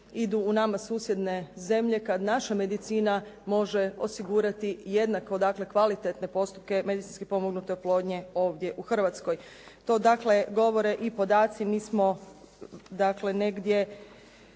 u nama susjedne zemlje kad naša medicina može osigurati jednako tako kvalitetne postupke medicinski pomognute oplodnje ovdje u Hrvatskoj. To dakle govore i podaci. Mi smo dakle